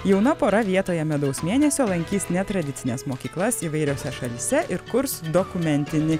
jauna pora vietoje medaus mėnesio lankys netradicines mokyklas įvairiose šalyse ir kurs dokumentinį